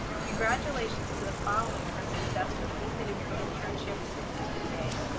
congratulations to the following for successfully completing your internship with vta.